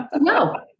No